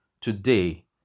today